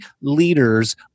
leaders